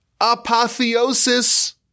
apotheosis